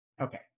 Okay